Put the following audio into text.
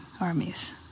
armies